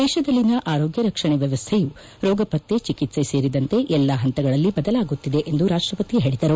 ದೇಶದಲ್ಲಿನ ಆರೋಗ್ಯ ರಕ್ಷಣೆ ವ್ಯವಸ್ಥೆಯು ರೋಗಪತ್ತೆ ಚಿಕಿತ್ಸೆ ಸೇರಿದಂತೆ ಎಲ್ಲಾ ಹಂತಗಳಲ್ಲಿ ಬದಲಾಗುತ್ತಿದೆ ಎಂದು ರಾಷ್ಟಪತಿ ಹೇಳಿದರು